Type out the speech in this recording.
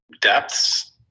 depths